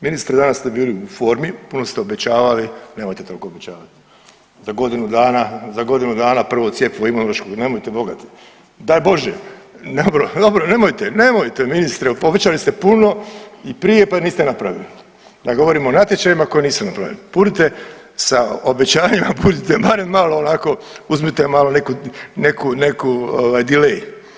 Ministre, danas ste bili u formi, puno ste obećavali, nemojte tolko obećavati, za godinu dana, za godinu dana prvo cjepivo imunološkog, nemojte Boga ti, daj Bože, dobro, dobro, nemojte, nemojte ministre, obećali ste puno i prije pa niste napravili, da govorimo o natječajima koji nisu napravljeni, budite sa obećanjima, budite barem malo onako, uzmite malo neku, neku, neku ovaj dilej.